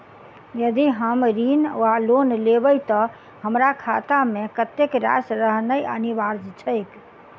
यदि हम ऋण वा लोन लेबै तऽ हमरा खाता मे कत्तेक राशि रहनैय अनिवार्य छैक?